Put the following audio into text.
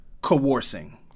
coercing